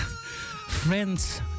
Friends